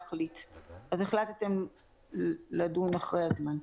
אתם החלטתם לדון אחרי הזמן.